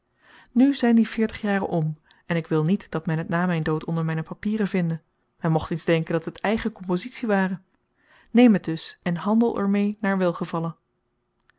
nu zijn die veertig jaren om en ik wil niet dat men het na mijn dood onder mijne papieren vinde men mocht eens denken dat het eigen compositie ware neem het dus en handel er meê naar welgevallen